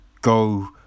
go